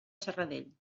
serradell